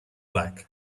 like